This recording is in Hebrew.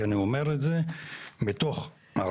כי אני אומר את זה מתוך הרגש,